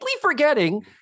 forgetting